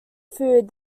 food